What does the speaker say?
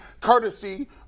courtesy